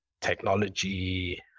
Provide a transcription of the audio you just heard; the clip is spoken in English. technology